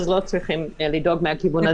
אז לא צריכים לדאוג מהכיוון הזה.